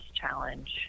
challenge